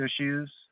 issues